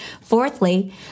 Fourthly